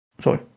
Sorry